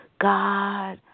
God